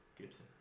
Gibson